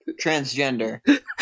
Transgender